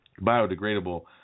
biodegradable